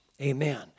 Amen